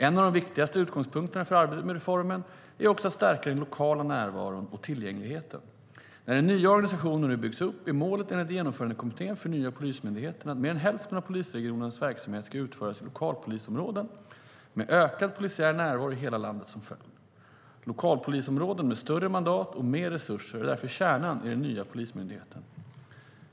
En av de viktigaste utgångspunkterna för arbetet med reformen är också att stärka den lokala närvaron och tillgängligheten. När den nya organisationen nu byggs upp är målet enligt Genomförandekommittén för nya Polismyndigheten att mer än hälften av polisregionernas verksamhet ska utföras i lokalpolisområden, med ökad polisiär närvaro i hela landet som följd. Lokalpolisområden med större mandat och mer resurser är därför kärnan i den nya Polismyndigheten.